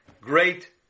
great